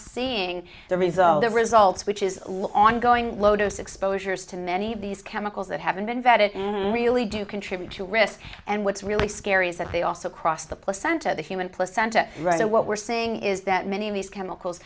seeing the result of results which is ongoing low dose exposures to many of these chemicals that haven't been vetted and really do contribute to risk and what's really scary is that they also cross the placenta of the human placenta right and what we're seeing is that many of these chemicals